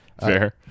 Fair